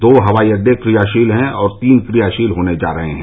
दो हवाई अड्डे क्रियाशील हैं और तीन क्रियाशील होने जा रहे हैं